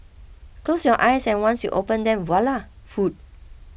close your eyes and once you open them voila food